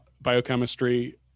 biochemistry